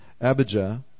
Abijah